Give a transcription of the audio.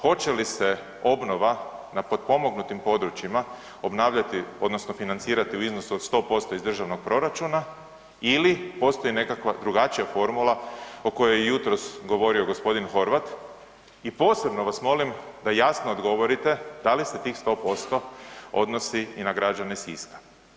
Hoće li se obnova na potpomognutim područjima obnavljati odnosno financirati u iznosu od 100% iz državnog proračuna ili postoji nekakva drugačija formula o kojoj je jutros govorio gospodin Horvat i posebno vas molim da jasno odgovorite da li se tih 100% odnosi i na građana Siska?